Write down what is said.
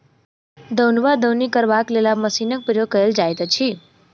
दौन वा दौनी करबाक लेल आब मशीनक प्रयोग कयल जाइत अछि